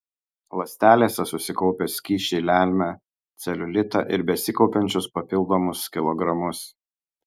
ląstelėse susikaupę skysčiai lemia celiulitą ir besikaupiančius papildomus kilogramus